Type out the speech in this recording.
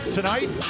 Tonight